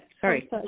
sorry